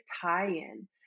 tie-in